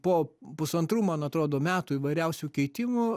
po pusantrų man atrodo metų įvairiausių keitimų